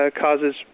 causes